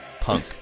punk